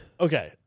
Okay